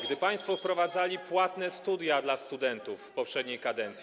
Gdy państwo wprowadzali płatne studia dla studentów w poprzedniej kadencji.